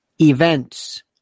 events